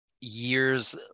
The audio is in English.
years